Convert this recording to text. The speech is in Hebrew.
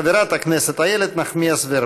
חברת הכנסת איילת נחמיאס ורבין.